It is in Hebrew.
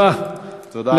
תודה, תודה רבה.